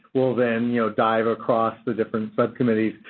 we'll then you know dive across the different subcommittees.